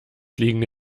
liegende